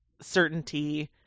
certainty